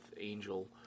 Angel